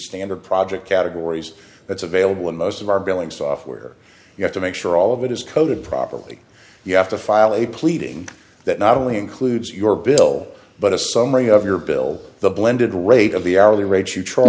standard project categories that's available in most of our billing software you have to make sure all of it is coded properly you have to file a pleading that not only includes your bill but a summary of your bill the blended rate of the hourly rate you try